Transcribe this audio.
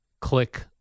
click